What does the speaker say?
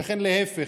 וכן להפך.